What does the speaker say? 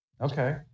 Okay